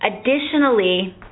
Additionally